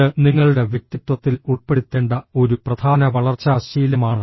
ഇത് നിങ്ങളുടെ വ്യക്തിത്വത്തിൽ ഉൾപ്പെടുത്തേണ്ട ഒരു പ്രധാന വളർച്ചാ ശീലമാണ്